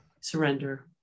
Surrender